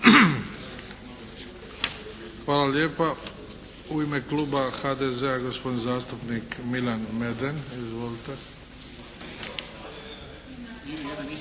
Hvala lijepa. U ime kluba HDZ-a gospodin zastupnik Milan Meden. Izvolite.